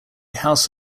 house